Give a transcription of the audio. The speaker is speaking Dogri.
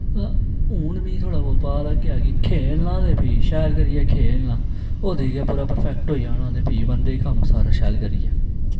वा हुन मिगी थोह्ड़ा बोह्त पता लगेआ कि खेलना ते फ्ही शैल करियै खेलना ओह्दे च गै पर्फैक्ट होई जाना ते फ्ही बनदे कम्म शैल करियै